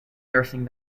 nursing